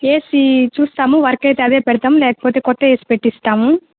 AC చూస్తాము work అయితే అదే పెడతాము లేకపోతే కొత్త ఏసీ పెట్టిస్తాము